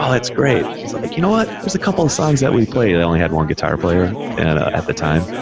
um that's great. he's like, you know what, there's a couple of songs that we play, and they only had one guitar player and ah at the time.